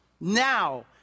Now